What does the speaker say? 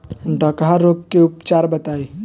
डकहा रोग के उपचार बताई?